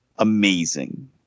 amazing